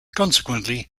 consequently